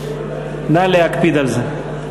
נא להקפיד על זה.